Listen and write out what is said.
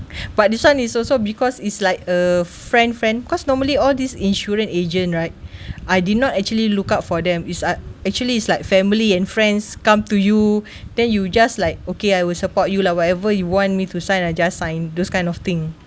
but this [one] is also because it's like a friend friend cause normally all these insurance agent right I did not actually look out for them is uh actually is like family and friends come to you then you just like okay I will support you lah whatever you want me to sign I just sign those kind of thing